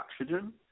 oxygen